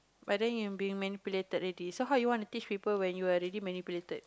but then you're being manipulated already so how you want to teach people when you're already manipulated